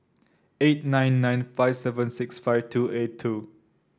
eight nine nine five seven six five two eight two